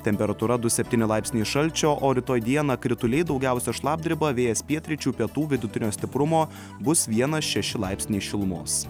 temperatūra du septyni laipsniai šalčio o rytoj dieną krituliai daugiausiai šlapdriba vėjas pietryčių pietų vidutinio stiprumo bus vienas šeši laipsniai šilumos